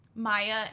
Maya